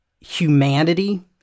humanity